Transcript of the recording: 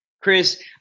Chris